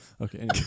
Okay